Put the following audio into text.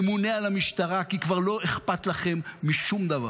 ממונה על המשטרה, כי כבר לא אכפת לכם משום דבר.